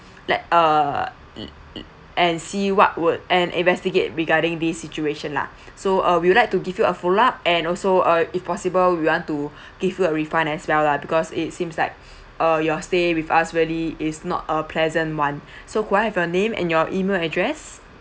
let err l~ l~ and see what would and investigate regarding this situation lah so uh we would like to give you a follow up and also uh if possible we want to give you a refund as well lah because it seems like uh your stay with us really is not a pleasant [one] so could I have your name and your email address